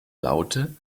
laute